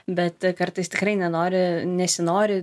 bet kartais tikrai nenori nesinori